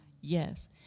Yes